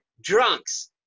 drunks